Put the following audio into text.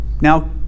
Now